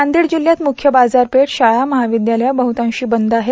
नदिड जिल्ह्यात मुख्य बाजारपेठ शाळा महाविद्यालये बहुतांशी वंद आहेत